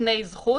נותני הזכות,